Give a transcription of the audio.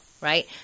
right